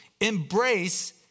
embrace